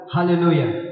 Hallelujah